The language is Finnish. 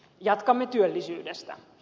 jatkamme työllisyydestä